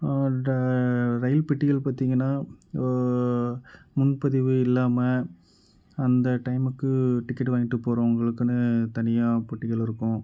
ட இரயில் பெட்டிகள் பார்த்திங்கன்னா முன்பதிவு இல்லாமல் அந்த டைமுக்கு டிக்கெட் வாங்கிட்டு போறவங்களுக்குனே தனியாக பெட்டிகள் இருக்கும்